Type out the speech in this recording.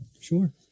Sure